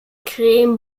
creme